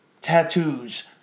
tattoos